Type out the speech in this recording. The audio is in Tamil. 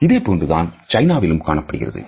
இதே போன்று தான் சைனாவிலும் காணப்படுகிறது